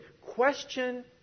question